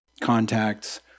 contacts